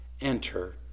enter